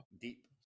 deep